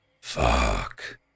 Fuck